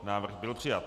Návrh byl přijat.